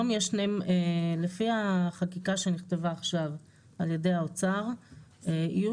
לפי החקיקה שנכתבה עכשיו על ידי האוצר יהיו